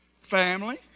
Family